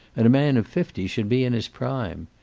and a man of fifty should be in his prime.